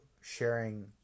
sharing